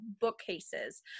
bookcases